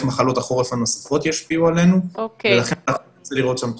מחלות אחרות ונוספות ישפיעו עלינו ולכן צריך לראות שם תוספת.